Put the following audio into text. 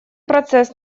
процесс